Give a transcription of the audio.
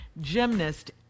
gymnast